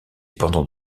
pendant